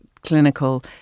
clinical